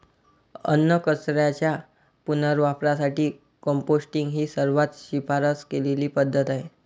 अन्नकचऱ्याच्या पुनर्वापरासाठी कंपोस्टिंग ही सर्वात शिफारस केलेली पद्धत आहे